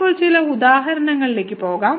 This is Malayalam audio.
നമുക്ക് ഇപ്പോൾ ചില ഉദാഹരണങ്ങളിലേക്ക് പോകാം